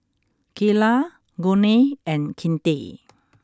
Kaela Gurney and Kinte